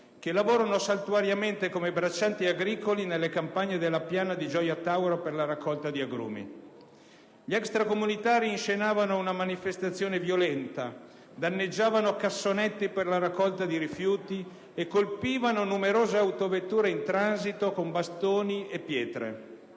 che lavorano saltuariamente come braccianti agricoli nelle campagne della piana di Gioia Tauro per la raccolta di agrumi. Gli extracomunitari inscenavano una manifestazione violenta, danneggiavano cassonetti per la raccolta di rifiuti e colpivano numerose autovetture in transito con bastoni e pietre.